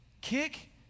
kick